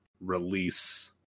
release